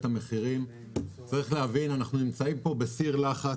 המחירים: צריך להבין שאנחנו נמצאים פה בסיר לחץ.